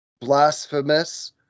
blasphemous